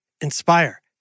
inspire